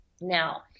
Now